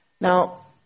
Now